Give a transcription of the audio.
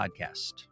Podcast